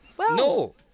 No